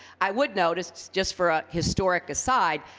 i would note, just just for a historic aside,